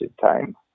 time